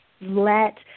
let